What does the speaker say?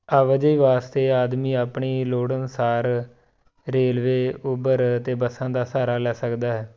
ਆਵਾਜਾਈ ਵਾਸਤੇ ਆਦਮੀ ਆਪਣੀ ਲੋੜ ਅਨੁਸਾਰ ਰੇਲਵੇ ਉਬਰ ਅਤੇ ਬੱਸਾਂ ਦਾ ਸਹਾਰਾ ਲੈ ਸਕਦਾ ਹੈ